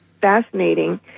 fascinating